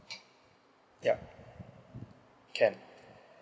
yup can